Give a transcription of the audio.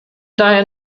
daher